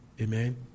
Amen